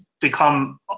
become